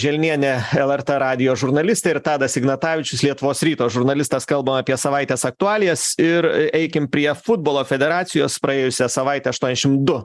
želnienė lrt radijo žurnalistė ir tadas ignatavičius lietuvos ryto žurnalistas kalbam apie savaitės aktualijas ir eikim prie futbolo federacijos praėjusią savaitę aštuoniasdešim du